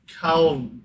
cow